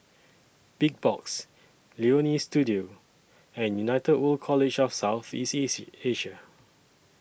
Big Box Leonie Studio and United World College of South East Asia